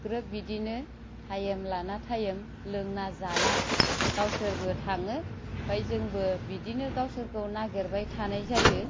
ग्रोब बिदिनो टाइम लाना टाइम लोंना जाना गावसोरबो थाङो ओमफ्राय जोंबो बिदिनो गावसोरखौ नागेरबाय थानाय जायो